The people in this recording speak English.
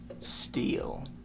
Steel